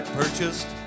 purchased